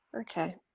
Okay